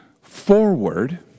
forward